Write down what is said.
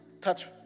touch